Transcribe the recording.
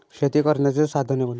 शेती करण्याची साधने कोणती?